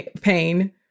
pain